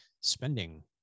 spending